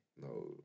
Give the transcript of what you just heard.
No